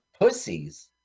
pussies